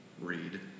read